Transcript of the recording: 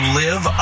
live